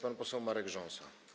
Pan poseł Marek Rząsa.